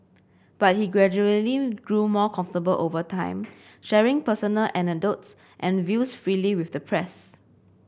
but he gradually grew more comfortable over time sharing personal anecdotes and views freely with the press